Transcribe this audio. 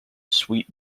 sweet